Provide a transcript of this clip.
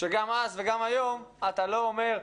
שגם אז וגם היום אתה לא אומר,